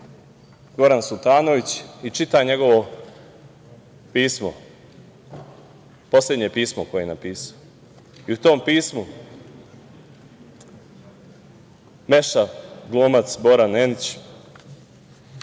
(Goran Sultanović) i čita njegovo pismo, poslednje pismo koje je napisao. U tom pismu Meša (glumac Bora Nenić)